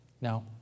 Now